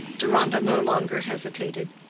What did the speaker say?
deronda no longer hesitated.